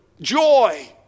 joy